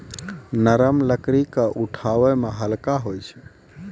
नरम लकड़ी क उठावै मे हल्का होय छै